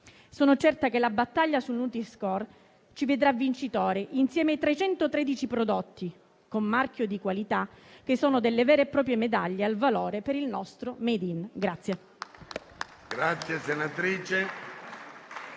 Sono certa che la battaglia sul nutri-score ci vedrà vincitori insieme ai 313 prodotti con marchio di qualità che sono delle vere e proprie medaglie al valore per il nostro *made in Italy*.